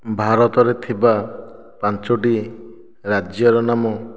ଭାରତରେ ଥିବା ପଞ୍ଚୋଟି ରାଜ୍ୟର ନାମ